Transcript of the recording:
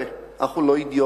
והקליט.